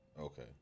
Okay